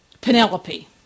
Penelope